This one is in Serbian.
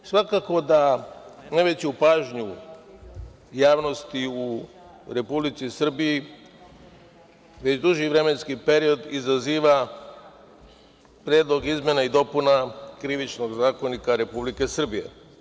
Svakako da najveću pažnju javnosti u Republici Srbiji, već duži vremenski period, izaziva Predlog izmena i dopuna Krivičnog zakonika Republike Srbije.